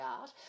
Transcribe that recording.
art